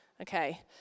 Okay